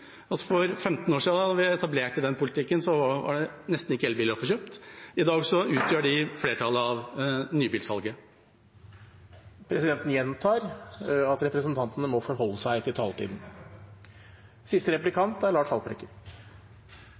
For 15 år siden, da vi etablerte den politikken, var det nesten ikke elbiler å få kjøpt. I dag utgjør de flertallet av nybilsalget. Presidenten gjentar at representantene må forholde seg til taletiden. Det er